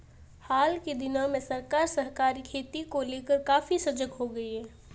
हाल के दिनों में सरकार सहकारी खेती को लेकर काफी सजग हो गई है